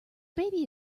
baby